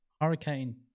Hurricane